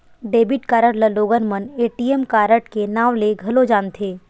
debit card ल लोगन मन ए.टी.एम कारड के नांव ले घलो जानथे